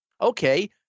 Okay